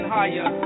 higher